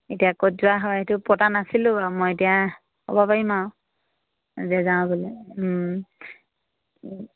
এতিয়া ক'ত যোৱা হয় সেইটো পতা নাছিলোঁ বাৰু মই এতিয়া ক'ব পাৰিম আৰু যে যাওঁ বুলি